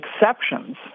exceptions